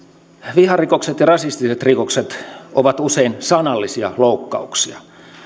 viharikokset ja rasistiset rikokset ovat usein sanallisia loukkauksia